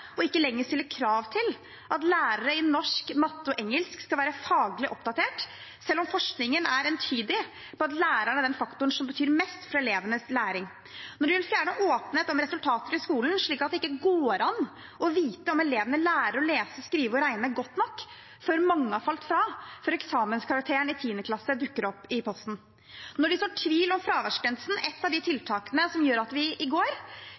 ikke lenger stille krav til at lærerne i norsk, matte og engelsk skal være faglig oppdatert, selv om forskningen er entydig på at lærerne er den faktoren som betyr mest for elevenes læring når de vil fjerne åpenhet om resultater i skolen, slik at det ikke går an å vite om elevene lærer å lese, skrive og regne godt nok før mange har falt fra før eksamenskarakterene fra 10. klasse dukker opp i posten når de sår tvil om fraværsgrensen, et av de tiltakene som gjør at vi i går